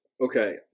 Okay